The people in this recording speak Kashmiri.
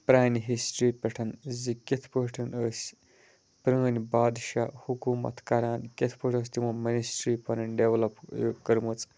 پرٛانہِ ہسٹری پٮ۪ٹھ زِ کِتھ پٲٹھۍ ٲسۍ پرٛٲنۍ بادشاہ حکوٗمَت کران کِتھ پٲٹھۍ ٲسۍ تِمو مِنِسٹرٛی پَنٕنۍ ڈٮ۪ولَپ یہِ کٔرمٕژ